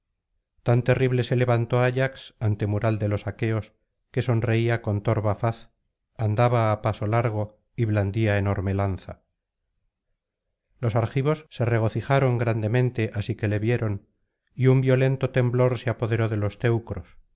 tan terrible se levantó ayax antemural de los aqueos que sonreía con torva faz andaba á paso largo y blandía enorme lanza los argivos se regocijaron grandemente así que le vieron y un violento temblor se apoderó de los teucros